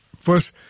first